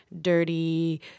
dirty